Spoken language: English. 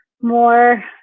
more